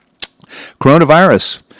Coronavirus